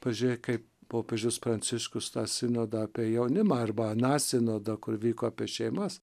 pažiūrėk kaip popiežius pranciškus tą sinodą apie jaunimą arba aną sinodą kur vyko apie šeimas